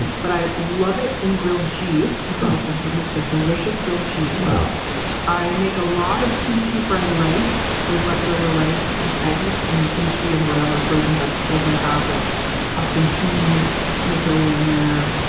and but i love it in grilled cheese. i think it so makes a delicious grilled cheese whoa i make a lot of kimchi fried rice with leftover rice and eggs and kimchi and whatever frozen vegetables i have, like often peas make their way in there.